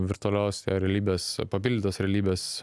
virtualios realybės papildytos realybės